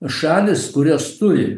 šalys kurios turi